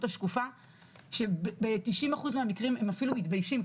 השקופה שב-90% מהמקרים הם אפילו מתביישים,